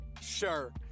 sure